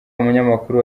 umunyamakuru